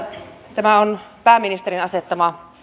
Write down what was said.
tämä on pääministerin asettama